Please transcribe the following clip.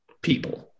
people